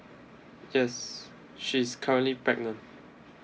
yes she's currently pregnant